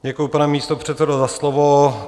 Děkuju, pane místopředsedo, za slovo.